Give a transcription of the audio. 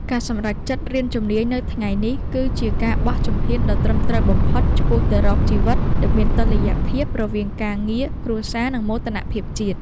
ការសម្រេចចិត្តរៀនជំនាញនៅថ្ងៃនេះ គឺជាការបោះជំហានដ៏ត្រឹមត្រូវបំផុតឆ្ពោះទៅរកជីវិតដែលមានតុល្យភាព រវាងការងារ គ្រួសារ និងមោទនភាពជាតិ។